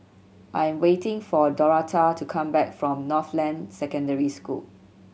I'm waiting for Dorotha to come back from Northland Secondary School